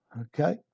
Okay